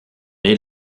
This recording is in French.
est